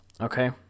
okay